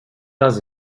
does